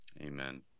amen